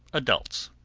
adults.